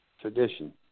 tradition